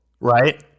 right